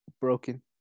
broken